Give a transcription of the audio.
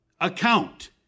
account